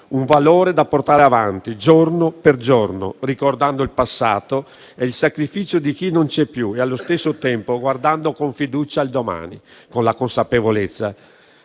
un valore da portare avanti giorno per giorno, ricordando il passato e il sacrificio di chi non c'è più e allo stesso tempo guardando con fiducia al domani, con la consapevolezza